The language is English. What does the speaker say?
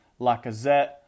Lacazette